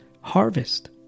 harvest